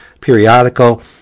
periodical